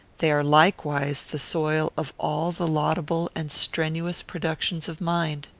they are likewise the soil of all the laudable and strenuous productions of mind.